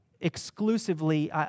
exclusively